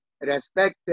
respect